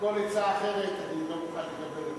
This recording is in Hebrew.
כל עצה אחרת, אני לא מוכן לקבל אותה.